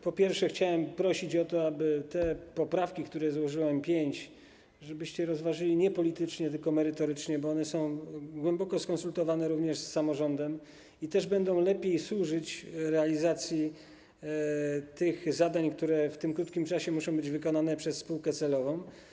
Po pierwsze, chciałem prosić o to, aby te poprawki, których złożyłem pięć, rozważyć nie politycznie, tylko merytorycznie, bo one są głęboko skonsultowane również z samorządem i będą służyć lepszej realizacji tych zadań, które w krótkim czasie muszą być wykonane przez spółkę celową.